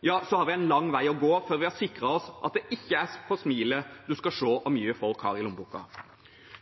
ja, så har vi en lang vei å gå før vi har sikret oss at det ikke er på smilet en kan se hvor mye folk har i lommeboken.